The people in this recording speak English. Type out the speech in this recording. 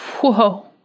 Whoa